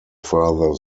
further